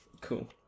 Cool